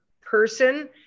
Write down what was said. person